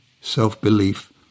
self-belief